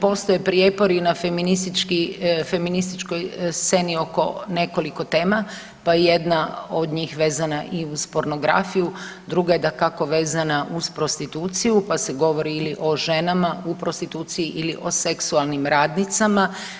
Postoje prijepori i na feministički, na feminističkoj sceni oko nekoliko tema pa je jedna od njih vezana i uz pornografiju, druga je dakako vezana uz prostituciju pa se govori ili o ženama u prostituciji ili o seksualnim radnicama.